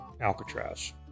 Alcatraz